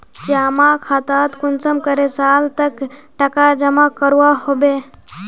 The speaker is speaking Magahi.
जमा खातात कुंसम करे साल तक टका जमा करवा होबे?